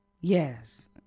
Yes